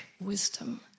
wisdom